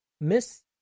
Miss